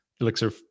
elixir